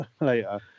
later